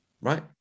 right